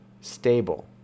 Stable